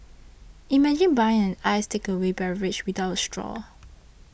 imagine buying an iced takeaway beverage without a straw